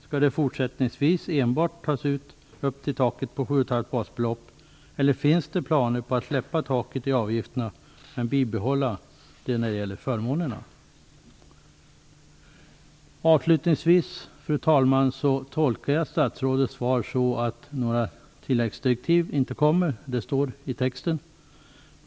Skall de fortsättningsvis enbart tas ut upp till taket på 7,5 basbelopp, eller finns det planer på att släppa taket i avgifterna, men bibehålla det när det gäller förmånerna? Avslutningsvis, fru talman, vill jag säga att jag tolkar statsrådet Hedborgs svar så att det inte kommer några tilläggsdirektiv. Det står så i texten.